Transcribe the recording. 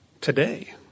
today